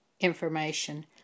information